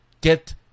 get